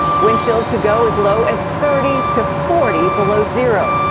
windchills could go as low as thirty to forty below zero.